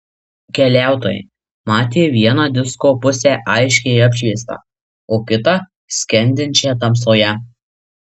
keliautojai matė vieną disko pusę aiškiai apšviestą o kitą skendinčią tamsoje